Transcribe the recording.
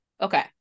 Okay